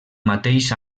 mateix